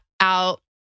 out